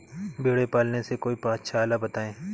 भेड़े पालने से कोई पक्षाला बताएं?